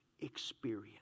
experience